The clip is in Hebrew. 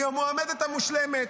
היא המועמדת המושלמת.